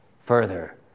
further